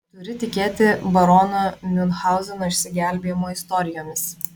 turi tikėti barono miunchauzeno išsigelbėjimo istorijomis